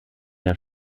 der